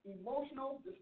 emotional